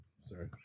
Sorry